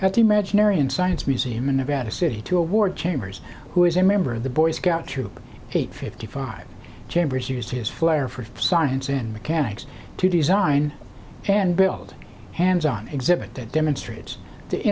at imaginary and science museum in nevada city to award chambers who is a member of the boy scout troop eight fifty five chambers used his flair for science in mechanics to design and build hands on exhibit that demonstrates the